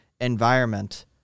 environment